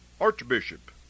archbishop